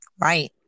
Right